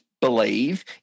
believe